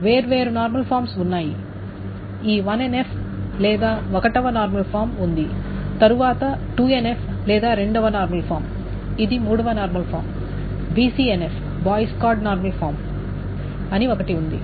వేర్వేరు normal forms ఉన్నాయి ఈ 1NF లేదా 1 వ నార్మల్ ఫామ్ ఉంది తరువాత 2NF లేదా 2 వ నార్మల్ ఫామ్ ఇది 3 వ normal form BCNF Boyce Codd normal form అని ఒకటి ఉంది